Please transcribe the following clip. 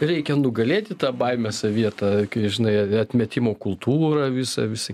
reikia nugalėti tą baimėse vietą kai žinai a atmetimo kultūrą visą visą